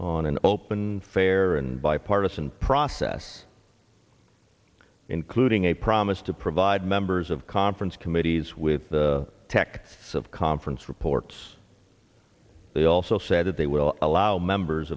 on an open fair and bipartisan process including a promise to provide members of conference committees with the tech conference reports they also said that they will allow members